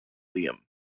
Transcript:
liam